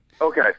Okay